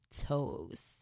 toes